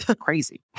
crazy